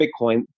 Bitcoin